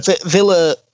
Villa